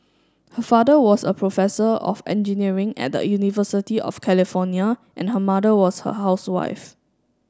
her father was a professor of engineering at the University of California and her mother was a housewife